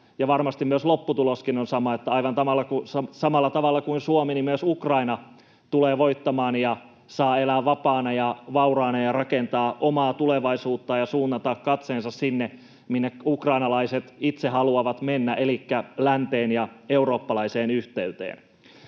varmasti lopputuloskin on sama, että aivan samalla tavalla kuin Suomi, myös Ukraina tulee voittamaan ja saa elää vapaana ja vauraana ja rakentaa omaa tulevaisuuttaan ja suunnata katseensa sinne, minne ukrainalaiset itse haluavat mennä elikkä länteen ja eurooppalaiseen yhteyteen.